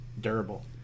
durable